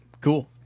Cool